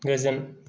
गोजोन